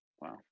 Wow